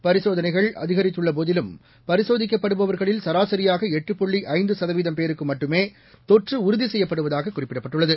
பரிசோதனைகள் அதிகரித்துள்ள போதிலும் பரிசோதிக்கப்படுபவர்களில் சராசரியாக எட்டு புள்ளி ஐந்து சதவீதம் பேருக்கு மட்டுமே தொற்று உறுதி செய்யப்படுவதாக குறிப்பிடப்பட்டுள்ளது